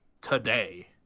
today